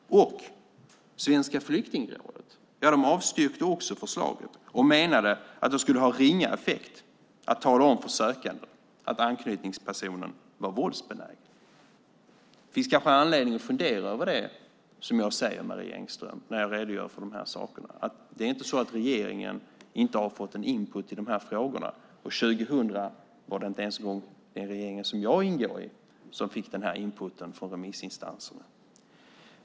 Svenska flyktingrådet avstyrkte också förslaget och menade att det skulle ha ringa effekt att tala om för en sökande att anknytningspersonen var våldsbenägen. Det finns kanske anledning att fundera över det jag redogör för, Maria Stenberg. Det är inte så att regeringen inte har fått någon input i de här frågorna. År 2000 var det inte ens den regering som jag ingår i som fick denna input från remissinstanserna.